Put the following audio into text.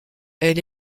elle